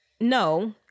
no